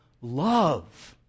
love